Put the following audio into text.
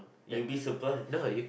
you'll be surprise